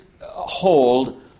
hold